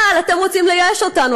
אבל אתם רוצים לייאש אותנו,